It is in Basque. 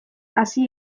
hasi